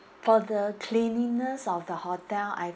for the cleanliness of the hotel I